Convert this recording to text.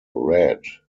red